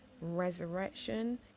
resurrection